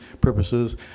purposes